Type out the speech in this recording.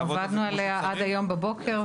אנחנו עבדנו עליה עד היום בבוקר,